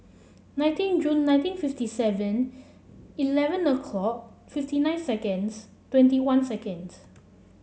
nineteen Jun nineteen fifty Seven Eleven nor call fifty nine seconds twenty one seconds